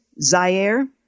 Zaire